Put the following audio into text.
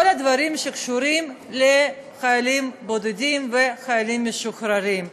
כל הדברים שקשורים לחיילים בודדים וחיילים משוחררים.